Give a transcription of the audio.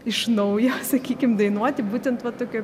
iš naujo sakykim dainuoti būtent va tokioj